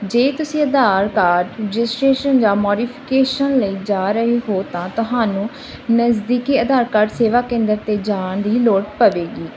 ਜੇ ਤੁਸੀਂ Aadhaar card registration ਜਾਂ ਮੋਡੀਫਿਕੇਸ਼ਨ ਲਈ ਜਾ ਰਹੇ ਹੋ ਤਾਂ ਤੁਹਾਨੂੰ ਨਜ਼ਦੀਕੀ ਆਧਾਰ ਕਾਰਡ ਸੇਵਾ ਕੇਂਦਰ 'ਤੇ ਜਾਣ ਦੀ ਲੋੜ ਪਵੇਗੀ